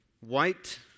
White